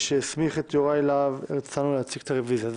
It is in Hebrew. שהסמיך את יוראי להב הרצנו להציג את הרוויזיות,